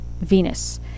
Venus